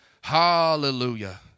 Hallelujah